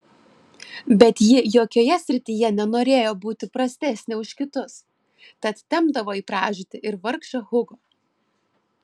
bet ji jokioje srityje nenorėjo būti prastesnė už kitus tad tempdavo į pražūtį ir vargšą hugo